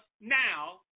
now